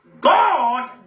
God